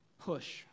push